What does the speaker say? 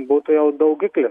būtų jau daugiklis